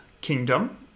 kingdom